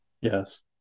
Yes